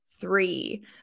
three